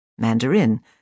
Mandarin